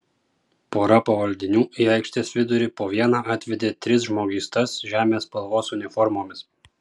pora pavaldinių į aikštės vidurį po vieną atvedė tris žmogystas žemės spalvos uniformomis